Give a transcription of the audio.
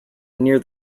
near